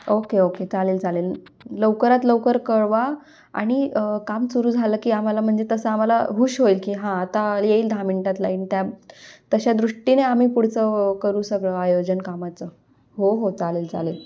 okay okay चालेल चालेल लवकरात लवकर कळवा आणि काम सुरू झालं की आम्हाला म्हणजे तसं आम्हाला हुश होईल की हां आता येईल दहा मिनटात लाईन त्या तशा दृष्टीने आम्ही पुढचं करू सगळं आयोजन कामाचं हो हो चालेल चालेल